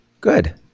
Good